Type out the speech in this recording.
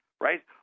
right